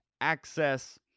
access